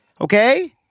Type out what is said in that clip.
okay